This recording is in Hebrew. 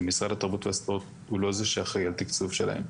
ומשרד התרבות והספורט הוא לא זה שאחראי על תקצוב שלהם,